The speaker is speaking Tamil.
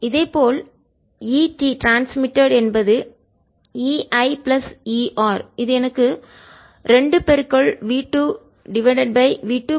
இதே போல் ET ட்ரான்ஸ்மிட்டட் மின் பரிமாற்றம் என்பது EI பிளஸ் ER இது எனக்கு 2 V 2 V2 plus V 1 EI incident ஐ தரும்